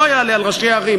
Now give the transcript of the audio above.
לא יעלה על דעת ראשי הערים.